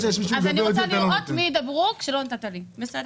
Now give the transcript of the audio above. אני רוצה לראות מי ידבר כאשר לא נתת לי.